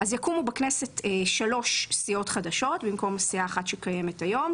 היא שיקומו בכנסת שלוש סיעות חדשות במקום סיעה אחת שקיימת היום.